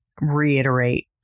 reiterate